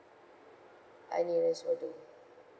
any race will do